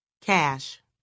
Cash